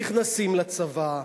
נכנסים לצבא,